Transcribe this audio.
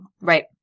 Right